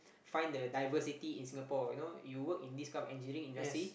find the diversity in Singapore you know you work in this kind of engineering industry